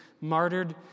martyred